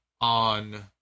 on